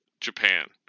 Japan